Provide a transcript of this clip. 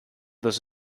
this